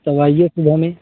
तब आइए सुबह में